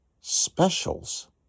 specials